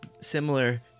similar